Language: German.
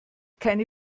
keine